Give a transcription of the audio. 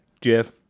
Jeff